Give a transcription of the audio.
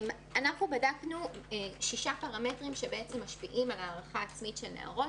אנחנו בדקנו שישה פרמטרים שמשפיעים על הערכה עצמית של נערות.